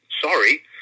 sorry